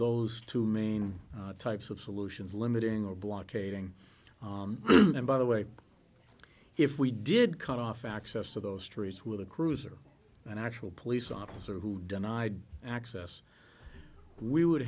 those two main types of solutions limiting or blockading and by the way if we did cut off access to those trees with a cruiser an actual police officer who denied access we would